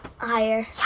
higher